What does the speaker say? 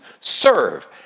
serve